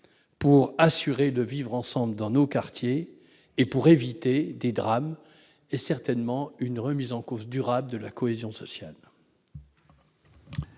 d'assurer le vivre ensemble dans les quartiers, éviter des drames et, certainement, une remise en cause durable de la cohésion sociale